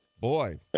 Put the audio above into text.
Boy